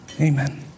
Amen